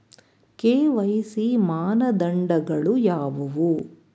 KYC ಮಾನದಂಡಗಳು ಯಾವುವು?